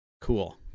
Cool